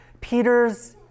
Peter's